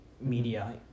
media